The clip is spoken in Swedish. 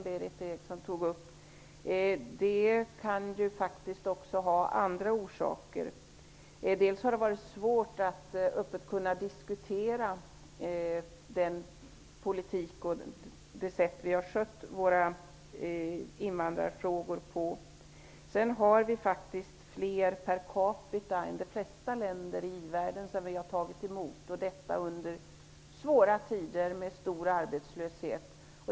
Den kan ju faktiskt också ha andra orsaker. Det har varit svårt att öppet diskutera det sätt som vi har skött invandrarfrågorna på. Sedan har vi faktiskt tagit emot fler invandrare per capita än de flesta länder i i-världen. Detta har skett under svåra tider med stor arbetslöshet.